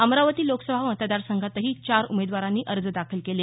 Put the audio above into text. अमरावती लोकसभा मतदारसंघातही चार उमेदवारांनी अर्ज दाखल केले